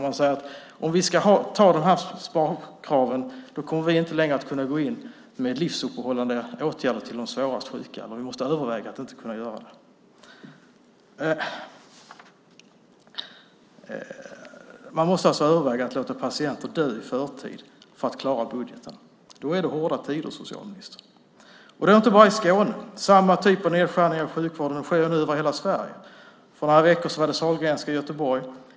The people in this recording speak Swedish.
Man sade: Om vi ska ta de här sparkraven kommer vi inte längre att kunna gå in med livsuppehållande åtgärder för de svårast sjuka. Man måste överväga att inte kunna göra det. Man måste alltså överväga att låta patienter dö i förtid för att klara budgetarna. Då är det hårda tider, socialministern! Det här gäller inte bara i Skåne. Samma typ av nedskärningar i sjukvården sker nu i hela Sverige. För några veckor sedan gällde det Sahlgrenska i Göteborg.